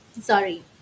Sorry